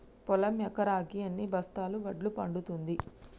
పొలం ఎకరాకి ఎన్ని బస్తాల వడ్లు పండుతుంది?